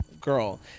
girl